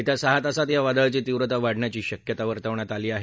येत्या सहा तासात या वादळाची तीव्रता वाढण्याची शक्यता वर्तवण्यात आली आहे